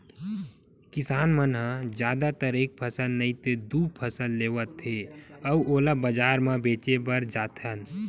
किसान मन ह जादातर एक फसल नइ ते दू फसल लेवत हे अउ ओला बजार म बेचे बर जाथन